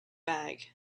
bag